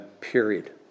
period